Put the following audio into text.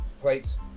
plates